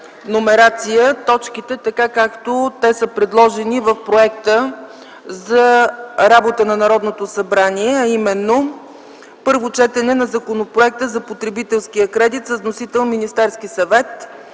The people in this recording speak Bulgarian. номерация точките, така както са предложени в Проекта за програма за работа на Народното събрание, а именно: „Първо четене на Законопроекта за потребителския кредит. Вносител е Министерският съвет.